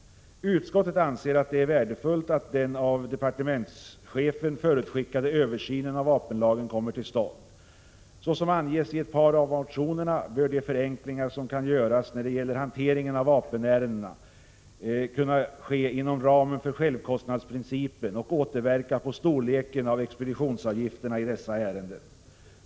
Utskottet anser det värdefullt att den av departementschefen förutskickade översynen av vapenlagen kommer till stånd. Såsom anges i ett par av motionerna bör de förenklingar som kan göras när det gäller hanteringen av vapenärendena kunna, inom ramen för självkostnadsprincipen, återverka på storleken av expeditionsavgifterna i dessa ärenden.